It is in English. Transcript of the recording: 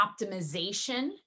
optimization